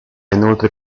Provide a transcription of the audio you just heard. inoltre